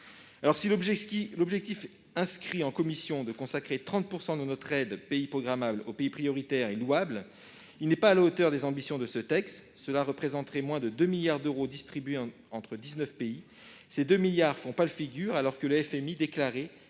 L'objectif fixé par la commission de consacrer 30 % de notre aide pays programmable aux pays prioritaires est louable, mais il n'est pas à la hauteur des ambitions de ce texte. Cela représenterait moins de 2 milliards d'euros distribués entre 19 pays. Cette somme fait pâle figure, alors que le FMI déclarait